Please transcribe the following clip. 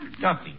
Duffy